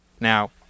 Now